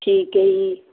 ਠੀਕ ਹੈ ਜੀ